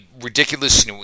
ridiculous